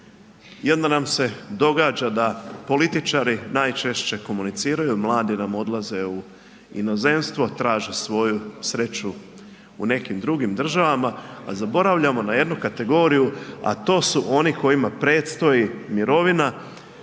onda nam se događa da političari najčešće komuniciraju, mladi nam odlaze u inozemstvo, traže svoju sreću u nekim drugim državama. A zaboravljamo na jednu kategoriju, a to oni kojima predstoji mirovina,